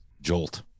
Jolt